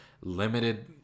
limited